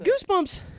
Goosebumps